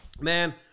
man